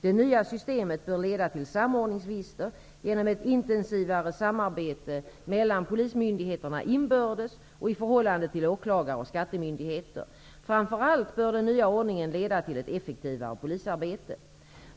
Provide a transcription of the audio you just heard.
Det nya systemet bör leda till samordningsvinster genom ett intensivare samarbete mellan polismyndigheterna inbördes och i förhållande till åklagar och skattemyndigheter. Framför allt bör den nya ordningen leda till ett effektivare polisarbete.